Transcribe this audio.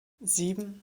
sieben